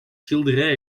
schilderij